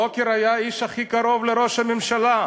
לוקר היה האיש הכי קרוב לראש הממשלה.